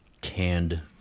canned